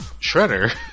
Shredder